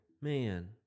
Man